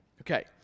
Okay